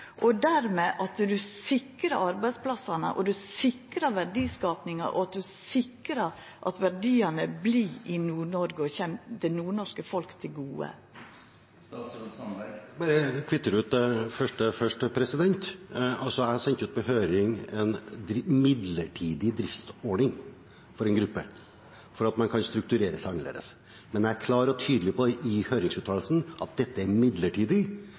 og at ein dermed sikrar arbeidsplassane, sikrar verdiskapinga og sikrar at verdiane vert i Nord-Noreg og kjem det nordnorske folk til gode? Jeg vil kvittere ut det første først. Jeg har altså sendt ut på høring en midlertidig driftsordning for en gruppe, for at man kan strukturere seg annerledes, men jeg er klar og tydelig i høringsuttalelsen på at dette er midlertidig